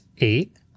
eight